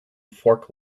fork